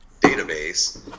database